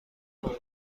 فوق